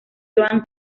joan